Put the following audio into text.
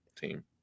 team